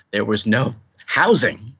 there was no housing,